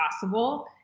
possible